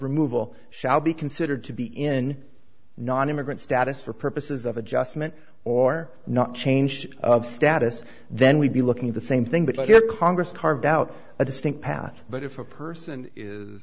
removal shall be considered to be in nonimmigrant status for purposes of adjustment or not change of status then we'd be looking at the same thing but here congress carved out a distinct path but if a person